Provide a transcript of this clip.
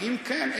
ואם כן,